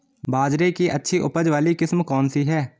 बाजरे की अच्छी उपज वाली किस्म कौनसी है?